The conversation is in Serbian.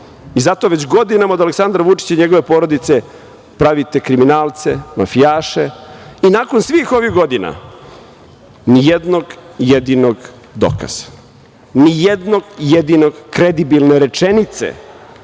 desi. Zato već godinama od Aleksandra Vučića i njegove porodice pravite kriminalce i mafijaše. I nakon svih ovih godina nijednog jedinog dokaza, ni jedne jedine kredibilne rečenice